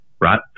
right